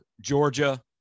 Georgia